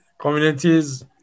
communities